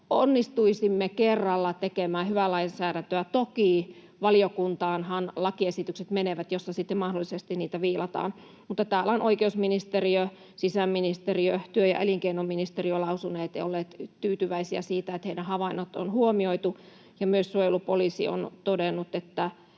onnistuisimme kerralla tekemään hyvää lainsäädäntöä. Toki valiokuntaanhan lakiesitykset menevät, missä sitten mahdollisesti niitä viilataan, mutta täällä ovat oikeusministeriö, sisäministeriö ja työ- ja elinkeinoministeriö lausuneet ja olleet tyytyväisiä siihen, että heidän havaintonsa on huomioitu. Myös suojelupoliisi on todennut,